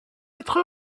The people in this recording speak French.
être